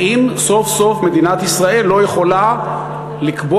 האם סוף-סוף מדינת ישראל לא יכולה לקבוע,